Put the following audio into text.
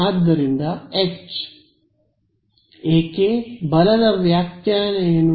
ಅದರಿಂದ ಎಚ್ ಏಕೆ ಬಲದ ವ್ಯಾಖ್ಯಾನ ಏನು